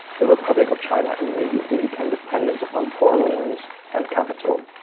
the republic of china immediately became dependent upon foreign loans and capital.